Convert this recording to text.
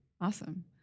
Awesome